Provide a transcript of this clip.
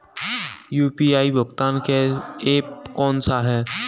UPI भुगतान app कौन सा है?